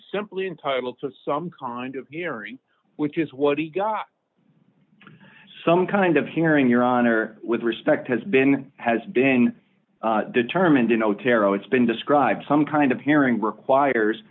simply entitled to some kind of hearing which is what he got some kind of hearing your honor with respect has been has been determined in otero it's been described some kind of hearing requires